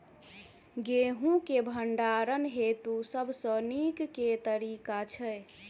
गेंहूँ केँ भण्डारण हेतु सबसँ नीक केँ तरीका छै?